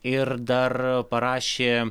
ir dar parašė